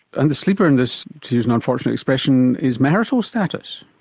and the sleeper in this, to use an unfortunate expression, is marital status.